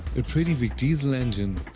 a pretty weak diesel engine